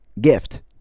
gift